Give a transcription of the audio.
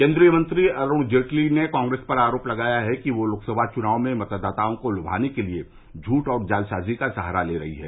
केन्द्रीय मंत्री अरुण जेटली ने कांग्रेस पर आरोप लगाया कि वह लोकसभा चुनाव में मतदाताओं को लुभाने के लिए झुठ और जालसाजी का सहारा ले रही है